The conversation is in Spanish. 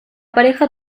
pareja